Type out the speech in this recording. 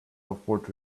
offered